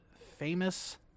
famous